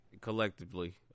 collectively